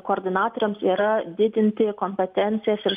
koordinatoriams yra didinti kompetencijas ir